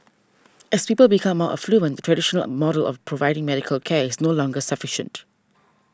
as people become more affluent the traditional model of providing medical care is no longer sufficient